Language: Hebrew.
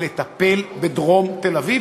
ולטפל בדרום תל-אביב,